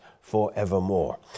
forevermore